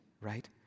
right